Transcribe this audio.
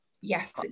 Yes